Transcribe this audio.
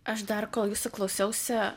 aš dar kol jūsų klausiausi